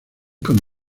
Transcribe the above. con